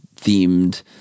themed